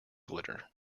glitter